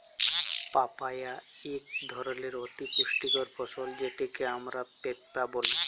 papaya ইকট ধরলের অতি পুষ্টিকর ফল যেটকে আমরা পিঁপা ব্যলি